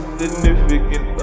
significant